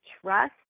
trust